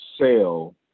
sell